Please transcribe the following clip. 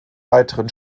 weiteren